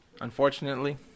Unfortunately